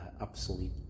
obsolete